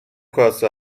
کاسه